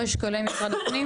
כמו אשכולי משרד הפנים?